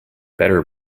better